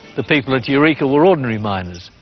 the people at eureka were ordinary miners,